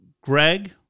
Greg